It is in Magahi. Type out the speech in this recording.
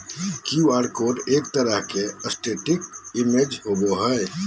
क्यू आर कोड एक तरह के स्टेटिक इमेज होबो हइ